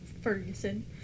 Ferguson